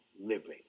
living